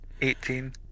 Eighteen